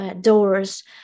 doors